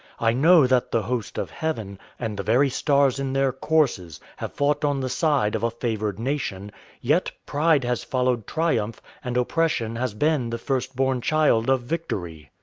i know that the host of heaven, and the very stars in their courses, have fought on the side of a favoured nation yet pride has followed triumph and oppression has been the first-born child of victory.